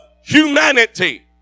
humanity